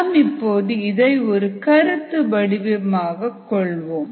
நாம் இப்போது இதை ஒரு கருத்து வடிவமாக கொள்வோம்